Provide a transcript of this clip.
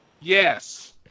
Yes